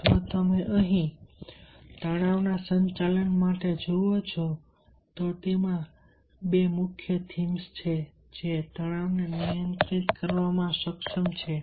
જો તમે તણાવના સંચાલન માટે જુઓ છો તો તેમાં બે મુખ્ય થીમ્સ છે જે તણાવને નિયંત્રિત કરવામાં સક્ષમ છે